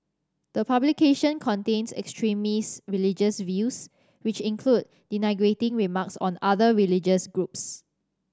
the publications contain extremist religious views which include denigrating remarks on other religious groups